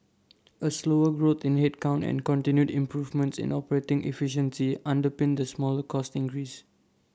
A slower growth in headcount and continued improvements in operating efficiency underpinned the smaller cost increase